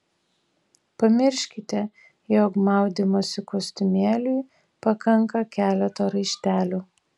pamirškite jog maudymosi kostiumėliui pakanka keleto raištelių